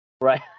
Right